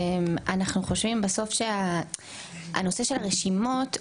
אנחנו חושבים בסוף שהנושא של הרשימות,